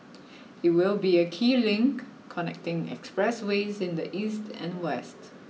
it will be a key link connecting expressways in the east and west